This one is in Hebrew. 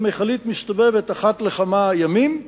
שמכלית מסתובבת אחת לכמה ימים,